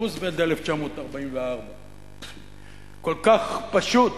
רוזוולט, 1944. כל כך פשוט